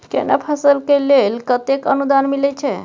केना फसल के लेल केतेक अनुदान मिलै छै?